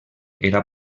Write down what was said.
era